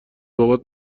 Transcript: بابات